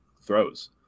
throws